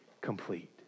complete